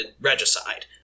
regicide